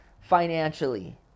financially